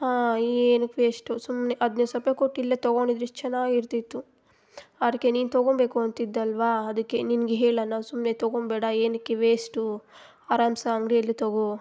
ಹಾಂ ಏನಕ್ಕೆ ವೇಶ್ಟು ಸುಮ್ಮನೆ ಹದಿನೈದು ಸಾವ್ರ ರೂಪಾಯ್ ಕೊಟ್ಟು ಇಲ್ಲೇ ತಗೊಂಡಿದ್ರೆ ಎಷ್ಟು ಚೆನ್ನಾಗಿರ್ತಿತ್ತು ಅದಕ್ಕೆ ನೀನು ತಗೊಬೇಕು ಅಂತಿದ್ದೆ ಅಲ್ವ ಅದಕ್ಕೆ ನಿನ್ಗೆ ಹೇಳೋಣ ಸುಮ್ಮನೆ ತಗೊಬೇಡ ಏನಕ್ಕೆ ವೇಸ್ಟು ಆರಾಮ್ಸ ಅಂಗಡಿಯಲ್ಲಿ ತಗೋ